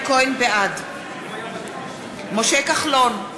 בעד משה כחלון,